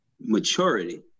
maturity